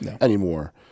anymore